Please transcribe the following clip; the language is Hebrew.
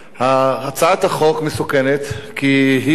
הצעת החוק מסוכנת, כי היא עלולה,